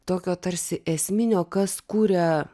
tokio tarsi esminio kas kuria